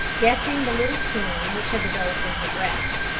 guessing the little storm which had developed in her breast.